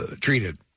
treated